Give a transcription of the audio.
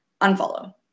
unfollow